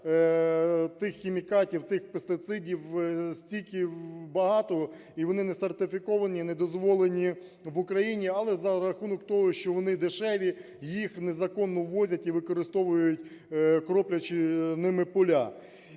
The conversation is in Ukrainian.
тих хімікатів, тих пестицидів стільки багато і вони не сертифіковані, не дозволені в Україні, але за рахунок того, що вони дешеві, їх незаконно ввозять і використовують, кроплячи ними поля.